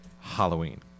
Halloween